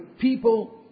people